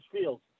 fields